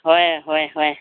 ꯍꯣꯏ ꯍꯣꯏ ꯍꯣꯏ